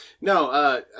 No